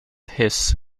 hiss